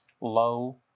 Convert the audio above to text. low